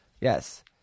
Yes